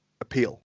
appeal